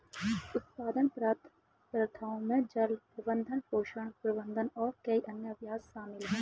उत्पादन प्रथाओं में जल प्रबंधन, पोषण प्रबंधन और कई अन्य अभ्यास शामिल हैं